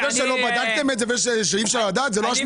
לא בדקתם את זה ואי אפשר לדעת.